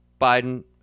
Biden